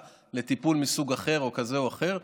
לטיפול מסוג אחר או טיפול כזה או אחר,